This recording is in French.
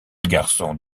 garçons